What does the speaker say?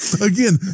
again